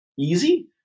easy